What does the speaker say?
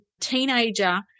teenager